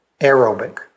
aerobic